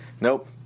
nope